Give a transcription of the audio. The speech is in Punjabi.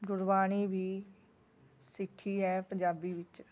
ਗੁਰਬਾਣੀ ਵੀ ਸਿੱਖੀ ਹੈ ਪੰਜਾਬੀ ਵਿੱਚ